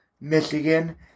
Michigan